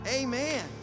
Amen